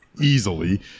Easily